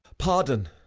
pardon,